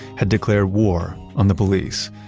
had declared war on the police.